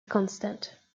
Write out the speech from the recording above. constant